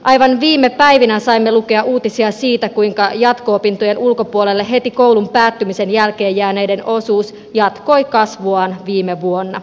aivan viime päivinä saimme lukea uutisia siitä kuinka jatko opintojen ulkopuolelle heti koulun päättymisen jälkeen jääneiden osuus jatkoi kasvuaan viime vuonna